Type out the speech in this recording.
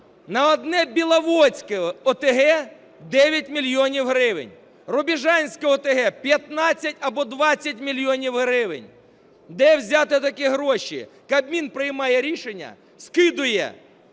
На одне Біловодське ОТГ – 9 мільйонів гривень, Рубіжанське ОТГ – 15 або 20 мільйонів гривень. Де взяти такі гроші? Кабмін приймає рішення, скидає